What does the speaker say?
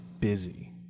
busy